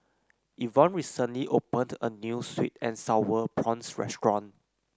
Evonne recently opened a new sweet and sour prawns restaurant